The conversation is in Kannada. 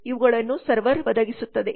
ಇವುಗಳನ್ನು ಸರ್ವರ್ ಒದಗಿಸುತ್ತದೆ